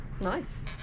nice